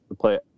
play